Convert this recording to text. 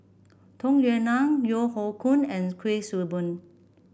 Tung Yue Nang Yeo Hoe Koon and Kuik Swee Boon